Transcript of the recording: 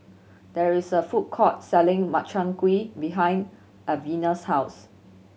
there is a food court selling Makchang Gui behind Alvena's house